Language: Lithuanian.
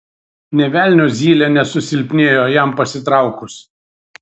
nė velnio zylė nesusilpnėjo jam pasitraukus